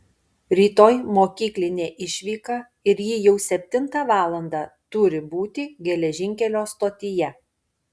rytoj mokyklinė išvyka ir ji jau septintą valandą turi būti geležinkelio stotyje